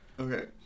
okay